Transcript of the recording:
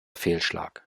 fehlschlag